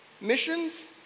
missions